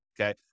okay